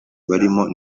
barimo